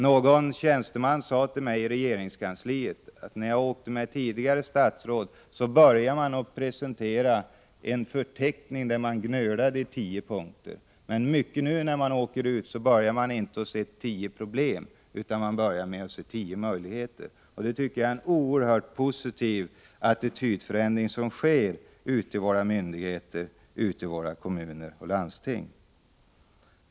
En tjänsteman i regeringskansliet har sagt till mig att när han åkte ut med tidigare statsråd började man med att presentera en förteckning över gnöl. Nu möter man inte enbart gnöl, och man börjar inte med att tala om att man ser tio problem utan att man ser tio möjligheter. Det tycker jag är ett bevis på att en oerhört positiv attitydförändring är på gång hos våra myndigheter, kommuner och landsting.